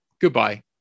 goodbye